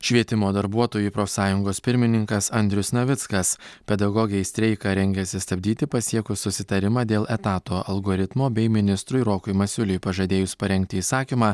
švietimo darbuotojų profsąjungos pirmininkas andrius navickas pedagogai streiką rengiasi stabdyti pasiekus susitarimą dėl etato algoritmo bei ministrui rokui masiuliui pažadėjus parengti įsakymą